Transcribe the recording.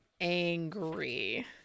angry